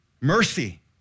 Mercy